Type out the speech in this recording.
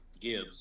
Gibbs